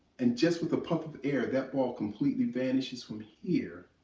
and just with a puff of air, that ball completely vanishes from here